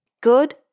good